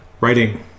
writing